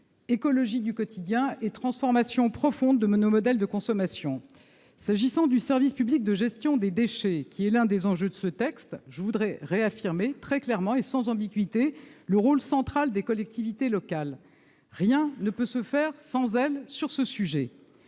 écologie du quotidien et transformation profonde de nos modèles de consommation. S'agissant du service public de gestion des déchets, qui est l'un des enjeux de ce texte, je voudrais réaffirmer très clairement et sans ambiguïté le rôle central des collectivités locales. Rien ne peut se faire sans elles sur ce sujet.